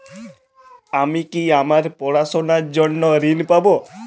আমি কি আমার পড়াশোনার জন্য ঋণ পাব?